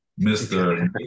Mr